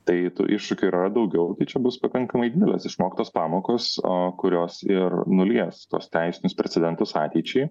tai tų iššūkių yra daugiau čia bus pakankamai didelės išmoktos pamokos o kurios ir nulies tuos teisinius precedentus ateičiai